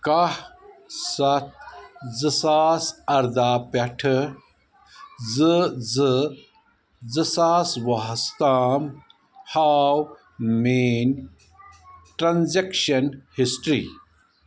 کہہ سَتھ زٕ ساس ارداہ پٮ۪ٹھٕ زٕ زٕ زٕ ساس وُہَس تام ہاو میٲنۍ ٹرانزیکشن ہسٹری